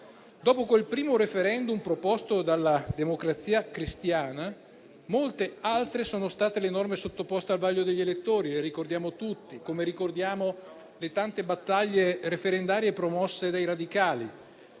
Dopo quel primo *referendum* proposto dalla Democrazia Cristiana, molte altre sono state le norme sottoposte al vaglio degli elettori. Le ricordiamo tutti, come ricordiamo le tante battaglie referendarie promosse dei Radicali.